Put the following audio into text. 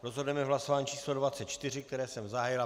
Rozhodneme hlasováním číslo 24, které jsem zahájil.